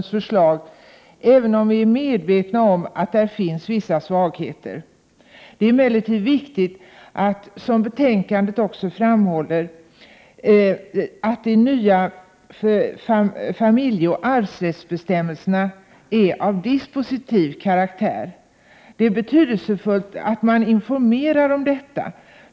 nens förslag, även om vi är medvetna om att det finns vissa svagheter i den. Det är emellertid viktigt, som också framhålls i betänkandet, att de nya familjeoch arvsrättsbestämmelserna är av dispositiv karaktär. Det är betydelsefullt att man informerar om detta.